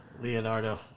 Leonardo